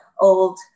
old